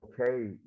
okay